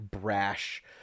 brash